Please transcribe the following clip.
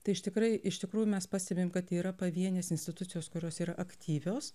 tai iš tikrai iš tikrųjų mes pastebim kad yra pavienės institucijos kurios yra aktyvios